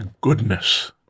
goodness